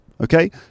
Okay